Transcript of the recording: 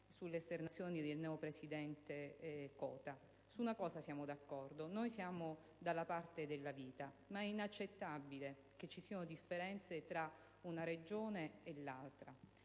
le esternazioni del neopresidente Cota. Su una cosa siamo d'accordo: noi siamo dalla parte della vita, ma è inaccettabile che vi siano differenze tra una Regione e l'altra.